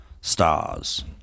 stars